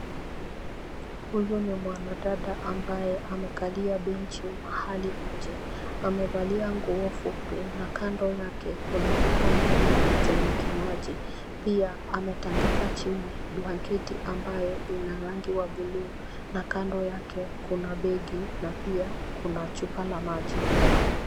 Huyu ni mwanadada ambaye amekali benchi mahali nje. Amevalia nguo fupi na kando yake kuna vikombe mbili zenye kinywaji. Pia ametandika chini blanketi ambayo ina rangi wa buluu na kando yake kuna begi na pia kuna chupa la maji.